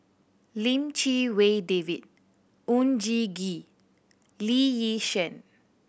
Lim Chee Wai David Oon Jin Gee Lee Yi Shyan